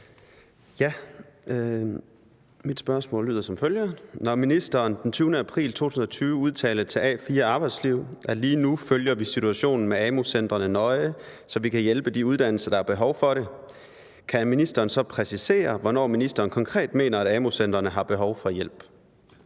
det. Mit spørgsmål lyder som følger: Når ministeren den 20. april 2020 udtalte til A4 Arbejdsliv, at »lige nu følger vi situationen med AMU-centrene nøje, så vi kan hjælpe de uddannelser, der har behov for det«, kan ministeren så præcisere, hvornår ministeren konkret mener at amu-centrene har »behov for« hjælp?